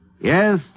Yes